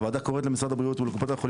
הוועדה קוראת למשרד הבריאות ולקופות החולים